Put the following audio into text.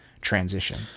transition